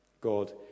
God